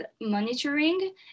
monitoring